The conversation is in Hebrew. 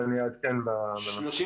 אעדכן בנושא.